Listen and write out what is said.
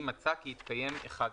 אם מצא כי התקיים אחד מאלה: